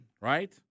right